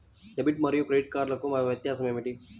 Debit మరియు credit కార్డ్లకు వ్యత్యాసమేమిటీ?